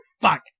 fuck